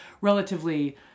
relatively